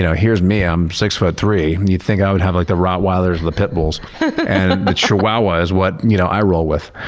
you know here's, me, i'm six foot three and you'd think i'd have like the rottweilers and the pit bulls, and the chihuahua is what you know i roll with.